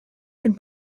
can